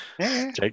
Jake